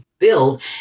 build